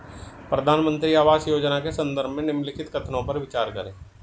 प्रधानमंत्री आवास योजना के संदर्भ में निम्नलिखित कथनों पर विचार करें?